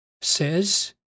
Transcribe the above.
says